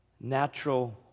natural